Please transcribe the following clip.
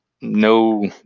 no